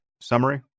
summary